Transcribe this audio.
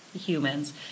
humans